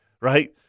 right